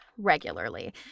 regularly